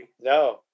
No